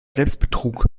selbstbetrug